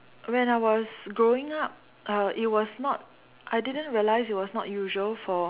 when I was growing up uh it was not I didn't realize is was not usual for